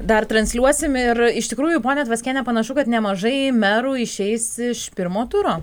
dar transliuosim ir iš tikrųjų ponia tvaskienė panašu kad nemažai merų išeis iš pirmo turo